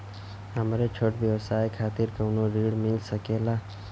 हमरे छोट व्यवसाय खातिर कौनो ऋण मिल सकेला?